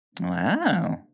Wow